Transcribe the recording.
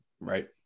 Right